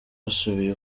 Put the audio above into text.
basubiye